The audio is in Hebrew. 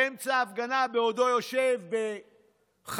באמצע ההפגנה, בעודו יושב בחתונה,